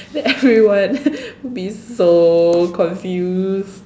then everyone will be so confused